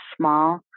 small